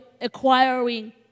acquiring